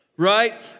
Right